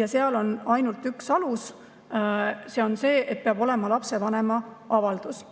Ja seal on ainult üks alus: peab olema lapsevanema avaldus.